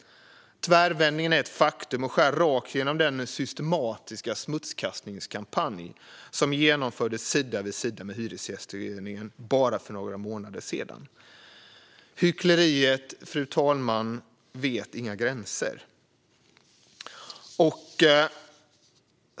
Tvärvändningen är ett faktum och skär rakt igenom den systematiska smutskastningskampanj som genomfördes sida vid sida med Hyresgästföreningen för bara några månader sedan. Hyckleriet vet inga gränser, fru talman.